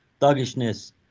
thuggishness